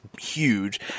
huge